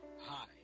Hi